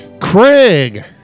Craig